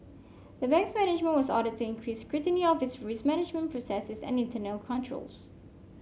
the bank's management was ordered to increase scrutiny of its risk management processes and internal controls